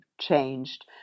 changed